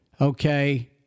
Okay